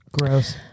Gross